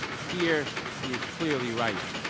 here he is clearly right.